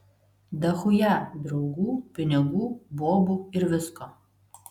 dachuja draugų pinigų bobų ir visko